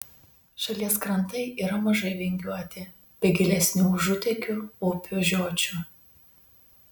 šalies krantai yra mažai vingiuoti be gilesnių užutėkių upių žiočių